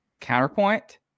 Counterpoint